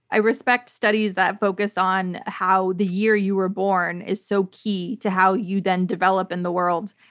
i respect studies that focus on how the year you were born is so key to how you then develop in the world.